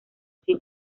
sin